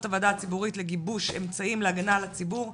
הוועדה הציבורית לגיבוש אמצעים להגנה על הציבור,